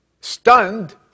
stunned